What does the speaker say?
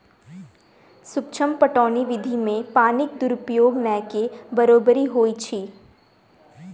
सूक्ष्म पटौनी विधि मे पानिक दुरूपयोग नै के बरोबरि होइत अछि